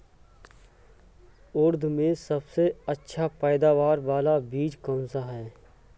उड़द में सबसे अच्छा पैदावार वाला बीज कौन सा है?